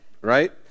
Right